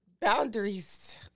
boundaries